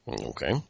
Okay